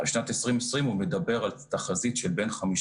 בשנת 2020 הוא מדבר על תחזית של בין 5